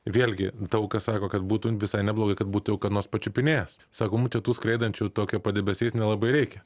vėlgi daug kas sako kad būtų visai neblogai kad būtų ką nors pačiupinėjęs sako mum čia tų skraidančių tokių padebesiais nelabai reikia